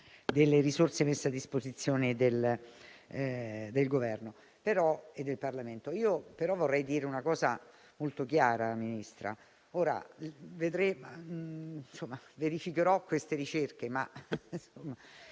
delle risorse messe a disposizione dal Governo e dal Parlamento. Però vorrei dirle una cosa molto chiara, signor Ministro. Verificherò queste ricerche